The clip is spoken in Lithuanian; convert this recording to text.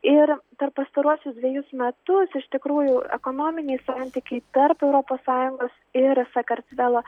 ir per pastaruosius dvejus metus iš tikrųjų ekonominiai santykiai tarp europos sąjungos ir sakartvelo